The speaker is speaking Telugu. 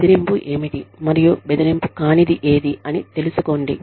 బెదిరింపు ఏమిటి మరియు బెదిరింపు కానిది ఏది అని తెలుసుకోండి